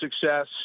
success